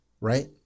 right